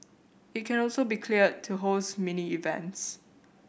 it can also be cleared to host mini events